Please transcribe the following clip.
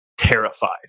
terrified